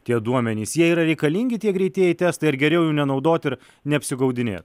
tie duomenys jie yra reikalingi tie greitieji testai ar geriau nenaudot ir neapsigaudinėt